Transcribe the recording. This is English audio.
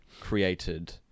created